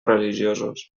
religiosos